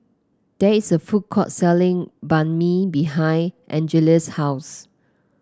there is a food court selling Banh Mi behind Angeles' house